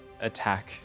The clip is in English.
attack